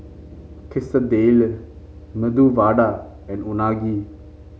Quesadillas Medu Vada and Unagi